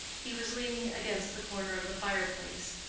he was leaning against the corner of the fire-place.